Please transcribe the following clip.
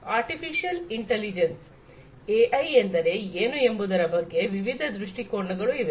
artificial intelligence AI ಎಂದರೆ ಏನು ಎಂಬುದರ ಬಗ್ಗೆ ವಿವಿಧ ದೃಷ್ಟಿಕೋನಗಳು ಇವೆ